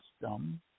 system